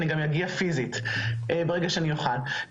אני גם אגיע פיזית ברגע שאני אוכל.